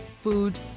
food